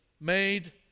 made